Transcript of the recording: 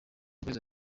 ukwezi